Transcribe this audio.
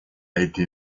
été